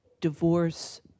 divorce